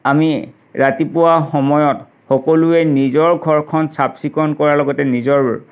আমি ৰাতিপুৱা সময়ত সকলোৱে নিজৰ ঘৰখন চাফ চিকুণ কৰাৰ লগতে নিজৰ